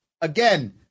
Again